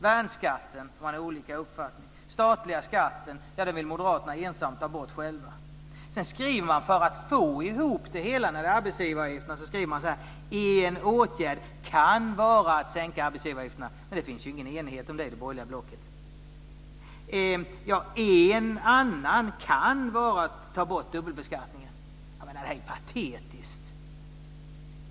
Värnskatten - där har man olika uppfattningar. Den statliga skatten vill Moderaterna ensamma ta bort. För att sedan få ihop det hela skriver man: "En . åtgärd kan vara en sänkning av arbetsgivaravgifterna." Men detta finns det ju ingen enighet om i det borgerliga blocket. "En annan . kan vara avskaffande av dubbelbeskattningen." Det här är ju patetiskt!